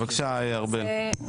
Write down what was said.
בבקשה ארבל.